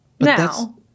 Now